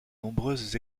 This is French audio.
nombreuses